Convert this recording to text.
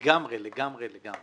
לגמרי, לגמרי, לגמרי.